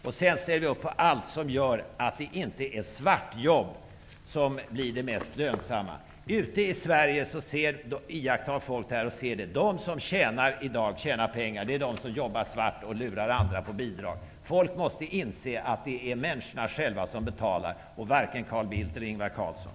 Vi gör allt för att se till att det inte är svartjobben som blir de mest lönsamma. Ute i landet iakttar folk och ser att de som tjänar pengar i dag är de som jobbar svart och lurar andra på bidrag. Folk måste inse att det är människorna själva som betalar, varken Carl Bildt eller Ingvar Carlsson.